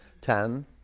Ten